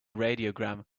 radiogram